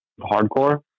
hardcore